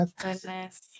Goodness